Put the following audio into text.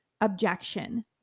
objection